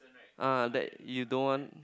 ah that you don't want